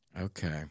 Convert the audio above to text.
Okay